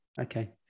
Okay